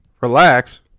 relax